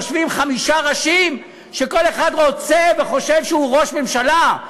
יושבים חמישה ראשים שכל אחד רוצה וחושב שהוא ראש ממשלה,